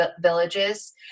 villages